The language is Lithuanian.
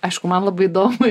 aišku man labai įdomu